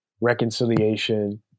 reconciliation